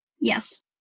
Yes